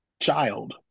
child